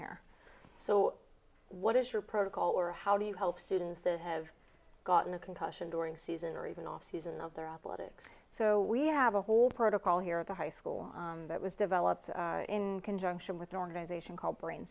here so what is your protocol or how do you help students that have gotten a concussion during season or even off season of their athletic says so we have a whole protocol here at the high school that was developed in conjunction with the organization called brain